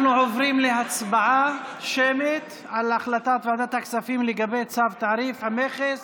אנחנו עוברים להצבעה שמית על החלטת ועדת הכספים לגבי צו תעריף המכס